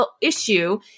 issue